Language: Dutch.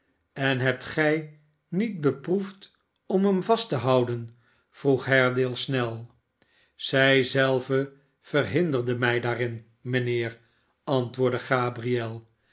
en hebt gij niet beproefd om hem vast te houden vroeg haredale snel zij zelve verhinderde mij daarin mijnheer antwoordde gabriel